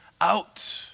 out